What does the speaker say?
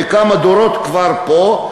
וכמה דורות כבר פה,